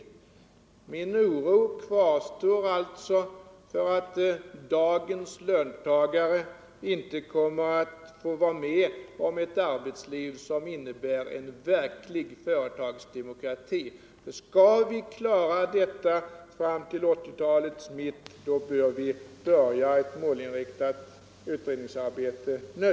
Min oro kvarstår Nr 138 alltså för att dagens löntagare inte kommer att få vara ed om ett arbetsliv Måndagen den som innebär en verklig företagsdemokrati. Skall vi klara denna fråga 9 december 1974 fram till 1980-talets mitt bör vi börja ett målinriktat utredningsarbete nu.